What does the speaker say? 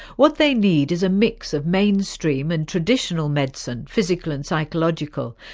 what they need is a mix of mainstream and traditional medicine, physical and psychological,